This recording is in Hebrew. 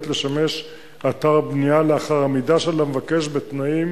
לשמש אתר בנייה לאחר עמידה של המבקש בתנאים